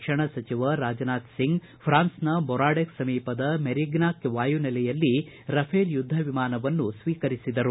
ರಕ್ಷಣಾ ಸಚಿವ ರಾಜನಾಥ್ ಸಿಂಗ್ ಪ್ರಾನ್ಸ್ನ ದೊರಾಡೆಕ್ಸ್ ಸಮೀಪದ ಮೆರಿಗ್ನ್ಯಾಕ್ ವಾಯು ನೆಲೆಯಲ್ಲಿ ರಫೇಲ್ ಯುದ್ಧ ವಿಮಾನವನ್ನು ಸ್ವೀಕರಿಸಿದರು